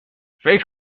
فکر